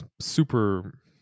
super